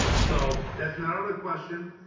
so that's not other question,